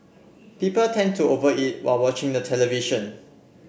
people tend to over eat while watching the television